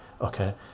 okay